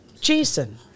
Jason